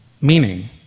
meaning